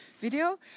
video